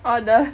orh the